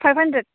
five hundred